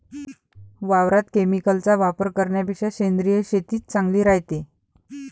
वावरात केमिकलचा वापर करन्यापेक्षा सेंद्रिय शेतीच चांगली रायते